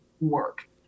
work